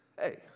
hey